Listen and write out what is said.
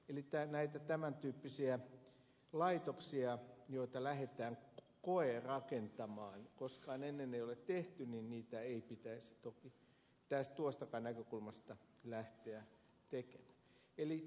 eli näitä tämäntyyppisiä laitoksia joita lähdetään koerakentamaan ja joita koskaan ennen ei ole tehty ei pitäisi toki tuostakaan näkökulmasta lähteä tekemään